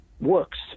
works